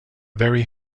very